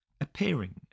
appearing